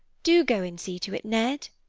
do go and see to it, ned.